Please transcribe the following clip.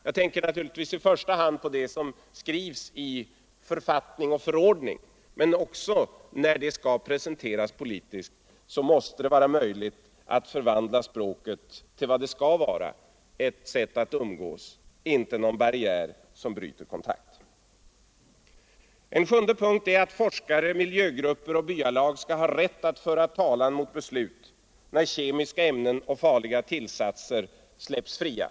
Jag tänker naturligtvis i första hand på det som skrivs i författning och förordning, men det måste ju också, när språket skall presenteras politiskt, vara möjligt att förvandla det till vad det skall vara: ett sätt att umgås och inte en barriär som bryter kontakt. En sjunde punkt är att forskare, miljögrupper och byalag skall ha rätt att föra talan mot beslut när kemiska ämnen och farliga tillsatser släpps fria.